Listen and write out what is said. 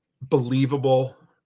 believable